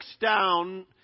down